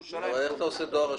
איך אתה שולח שם דואר רשום?